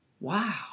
Wow